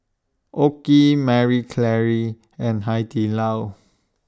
OKI Marie Claire and Hai Di Lao